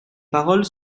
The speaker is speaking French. paroles